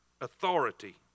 authority